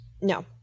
No